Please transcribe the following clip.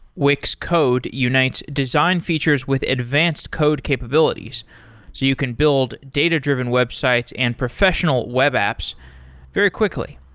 wix code unites design features with advanced code capabilities, so you can build data-driven websites and professional web apps very quickly.